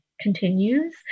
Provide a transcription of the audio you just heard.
continues